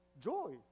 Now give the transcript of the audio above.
Joy